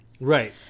right